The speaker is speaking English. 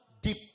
deep